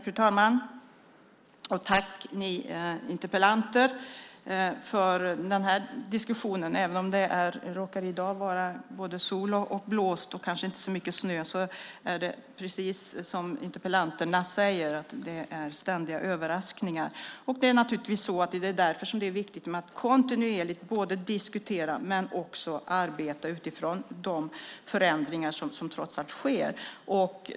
Fru talman! Jag vill säga tack till interpellanterna för den här diskussionen. Även om det i dag råkar vara soligt och blåsigt men inte så mycket snö är det precis som interpellanterna säger, nämligen ständiga överraskningar. Det är därför som det är viktigt att kontinuerligt både diskutera och arbeta utifrån de förändringar som trots allt sker.